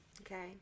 Okay